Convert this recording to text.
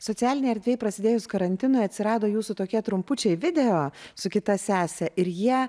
socialinėj erdvėj prasidėjus karantinui atsirado jūsų tokie trumpučiai video su kita sese ir jie